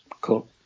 Cool